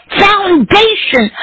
foundation